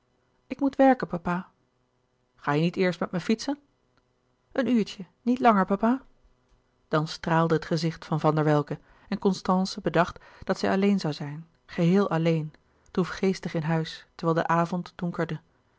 ik moet werken papa ga je niet eerst met me fietsen een uurtje niet langer papa dan straalde het gezicht van van der welcke en constance bedacht dat zij alleen zoû zijn geheel alleen droefgeestig in huis terwijl de avond donkerde